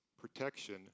protection